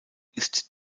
ist